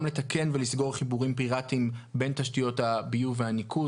וגם לתקן ולסגור חיבורים פיראטיים בין תשתיות הביוב והניקוז.